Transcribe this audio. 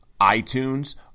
iTunes